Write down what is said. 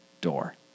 door